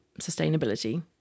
sustainability